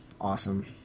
awesome